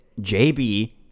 JB